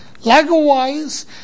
Likewise